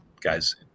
guys